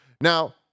now